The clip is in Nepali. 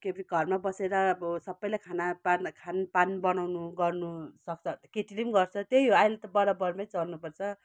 के घरमा बसेर अब सबैलाई खाना पान खानपान बनाउनु गर्नु सक्छ भने केटीले गर्छ त्यही हो अहिले त बराबर नै चल्नु पर्छ